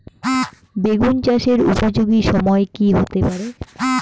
বেগুন চাষের উপযোগী সময় কি হতে পারে?